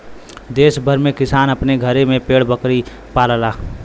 देस भर में किसान अपने घरे में भेड़ बकरी पालला